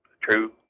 true